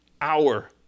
hour